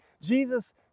Jesus